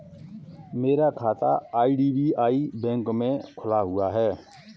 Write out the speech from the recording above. मेरा खाता IDBI bank में खुला हुआ है